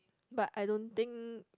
but I don't think